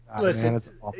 Listen